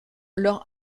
leur